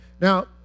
Now